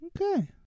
Okay